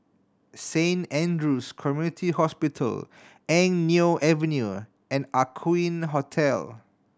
Saint Andrew's Community Hospital Eng Neo Avenue and Aqueen Hotel